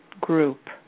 group